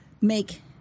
make